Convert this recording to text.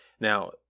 Now